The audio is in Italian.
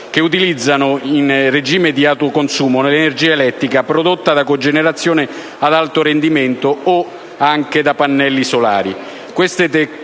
che utilizzino in regime di autoconsumo l'energia elettrica prodotta da cogenerazione ad alto rendimento e/o da pannelli solari.